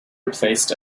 replaced